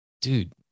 Dude